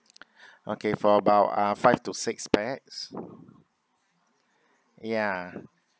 okay for about uh five to six pax ya